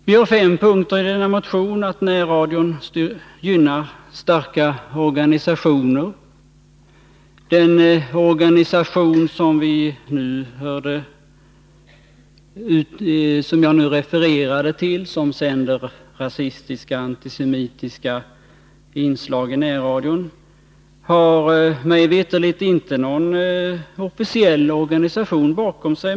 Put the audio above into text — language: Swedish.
Vi har satt upp fem punkter i motionen. Närradion gynnar starka organisationer. Den organisation som jag refererat till och som står bakom rasistiska, antisemitiska inslag i närradion har mig veterligt inte någon officiell sammanslutning bakom sig.